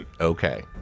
Okay